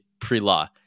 pre-law